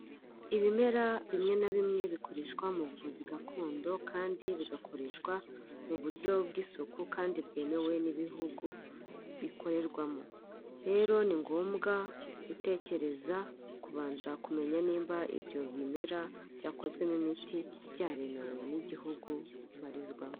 Ibimera bimwe na bimwe bikoreshwa mu buvuzi gakondo kandi bigakoreshwa mu buryo bw'isuku kandi bwemewe n'ibihugu bikorerwamo, rero ni ngombwa gutekereza kubanza kumenya niba ibyo bimera byakozwemo imiti, byaremewe n'igihugu bibarizwamo.